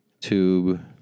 Tube